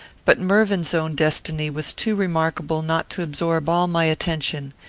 but mervyn's own destiny was too remarkable not to absorb all my attention,